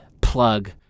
plug